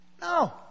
No